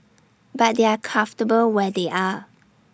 but they are comfortable where they are